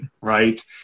right